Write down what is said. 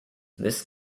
this